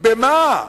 במה?